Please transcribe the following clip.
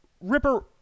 Ripper